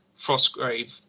frostgrave